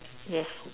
yes